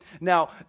Now